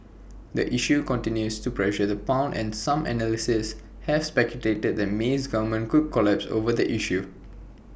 the issue continues to pressure the pound and some analysts have speculated that May's government could collapse over the issue